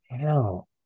hell